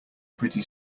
pretty